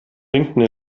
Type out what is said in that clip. winkten